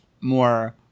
more